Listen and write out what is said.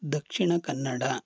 Dakshina Kannada